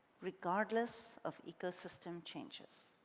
regardless of eco-system changes.